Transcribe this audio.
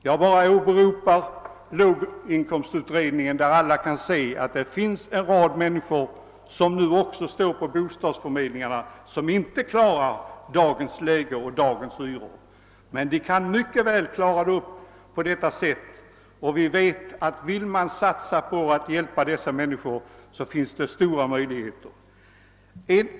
Jag åberopar låginkomst utredningen, varav alla kan se att det finns en rad människor som nu också står på bostadsförmedlingarna som inte klarar dagens hyror. Men de kan mycket väl klaras på detta sätt. Vill man satsa på att hjälpa dessa människor, så finns det stora möjligheter.